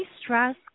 stress